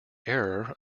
error